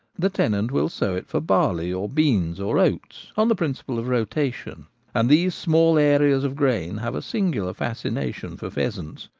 the tenant will sow it for barley or beans or oats, on the principle of rotation and these small areas of grain have a singular fasci nation for pheasants,